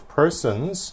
persons